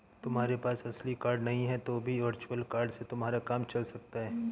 तुम्हारे पास असली कार्ड नहीं है तो भी वर्चुअल कार्ड से तुम्हारा काम चल सकता है